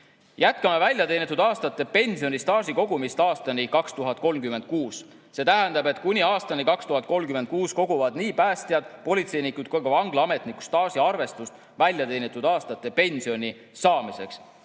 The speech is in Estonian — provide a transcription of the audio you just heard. Jätkame väljateenitud aastate pensioni staaži kogumist aastani 2036. See tähendab, et kuni aastani 2036 koguvad nii päästjad, politseinikud kui ka vanglaametnikud staaži väljateenitud aastate pensioni saamiseks.